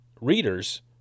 readers